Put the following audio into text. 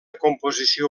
composició